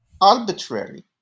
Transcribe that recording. Arbitrary